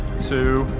two,